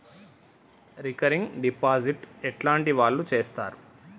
Recurring deposit ఎట్లాంటి వాళ్లు చేత్తరు?